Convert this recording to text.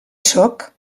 sóc